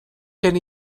gen